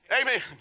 Amen